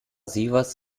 sievers